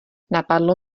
napadlo